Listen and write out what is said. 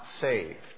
saved